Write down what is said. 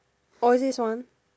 orh is this one